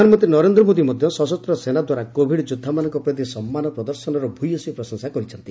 ପ୍ରଧାନମନ୍ତ୍ରୀ ନରେନ୍ଦ୍ର ମୋଦୀ ମଧ୍ୟ ସଶସ୍ତ ସେନା ଦ୍ୱାରା କୋଭିଡ୍ ଯୋଦ୍ଧାମାନଙ୍କ ପ୍ରତି ସମ୍ମାନ ପ୍ରଦର୍ଶନର ଭ୍ୟସୀ ପ୍ରଶଂସା କରିଛନ୍ତି